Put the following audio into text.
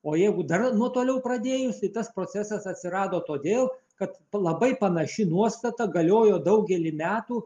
o jeigu dar nuo toliau pradėjus tai tas procesas atsirado todėl kad labai panaši nuostata galiojo daugelį metų